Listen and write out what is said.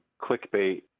clickbait